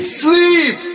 sleep